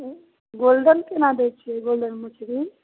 उँ गोल्डन कोना दै छिए गोल्डन मछरी